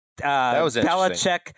Belichick